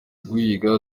guhiga